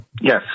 Yes